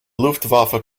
luftwaffe